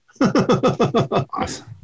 Awesome